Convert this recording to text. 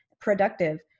productive